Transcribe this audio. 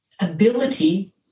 ability